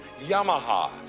Yamaha